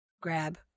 grab